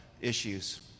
issues